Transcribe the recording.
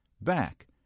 back